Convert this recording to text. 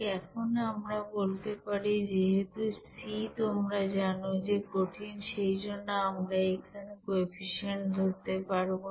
এখন আমরা বলতে পারি যে যেহেতু c তোমরা জানো যে কঠিন সেই জন্য আমরা এখানে এই কোইফিশিয়েন্ট ধরতে পারবো না